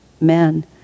men